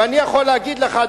ואני יכול להגיד לך,